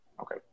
Okay